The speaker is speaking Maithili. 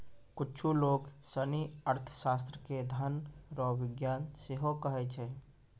कुच्छु लोग सनी अर्थशास्त्र के धन रो विज्ञान सेहो कहै छै